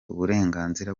uburenganzira